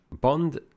Bond